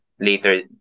Later